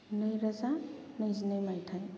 नैरोजा नैजिनै मायथाइ